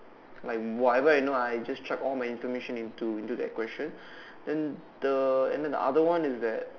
like whatever I know I just chug all my information into into that question then the and then the other one is that